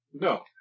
no